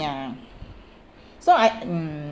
ya so I mm